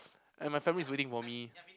and my family is waiting for me